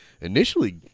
initially